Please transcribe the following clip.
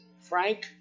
Frank